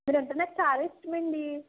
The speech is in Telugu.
మీరంటే నాకు చాలా ఇష్టం అండి